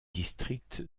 district